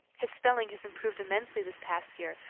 his spelling has improved immensely this past year,